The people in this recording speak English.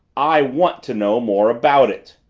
i want to know more about it!